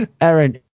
Aaron